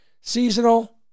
seasonal